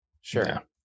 sure